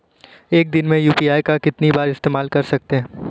एक दिन में यू.पी.आई का कितनी बार इस्तेमाल कर सकते हैं?